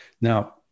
Now